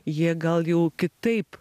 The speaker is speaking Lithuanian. jie gal jau kitaip